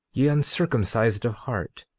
ye uncircumcised of heart,